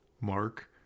Mark